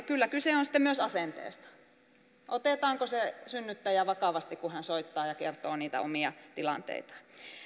kyllä kyse on sitten myös asenteesta otetaanko se synnyttäjä vakavasti kun hän soittaa ja kertoo niitä omia tilanteitaan